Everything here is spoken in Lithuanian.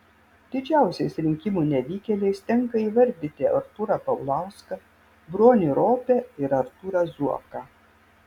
didžiausiais rinkimų nevykėliais tenka įvardyti artūrą paulauską bronį ropę ir artūrą zuoką